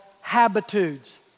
Habitudes